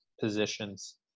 positions